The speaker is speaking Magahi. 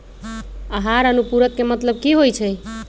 आहार अनुपूरक के मतलब की होइ छई?